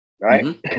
Right